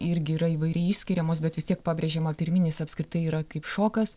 irgi yra įvairiai išskiriamos bet vis tiek pabrėžiama pirminis apskritai yra kaip šokas